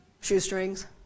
Shoestrings